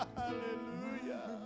hallelujah